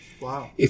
Wow